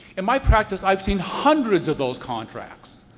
in my practice, i've seen hundreds of those contracts.